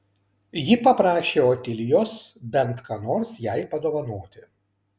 ji paprašė otilijos bent ką nors jai padovanoti